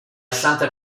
santa